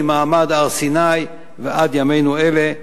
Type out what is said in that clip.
ממעמד הר-סיני ועד ימינו אלה,